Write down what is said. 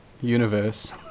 universe